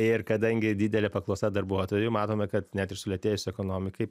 ir kadangi didelė paklausa darbuotojų matome kad net ir sulėtėjus ekonomikai